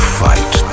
fight